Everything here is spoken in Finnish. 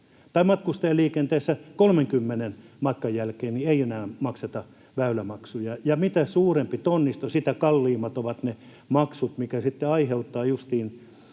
tai matkustajaliikenteessä 30. matkan jälkeen ei enää makseta väylämaksuja, ja mitä suurempi tonnisto, sitä kalliimmat ovat ne maksut, mitkä sitten